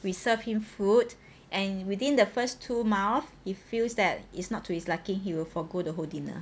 we serve him food and within the first two mouth he feels that it's not to his liking he will forgo the whole dinner